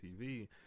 tv